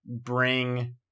bring